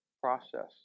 process